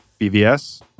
bvs